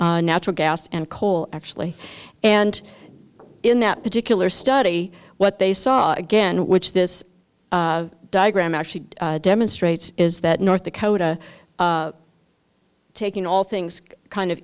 oil natural gas and coal actually and in that particular study what they saw again which this diagram actually demonstrates is that north dakota taking all things kind of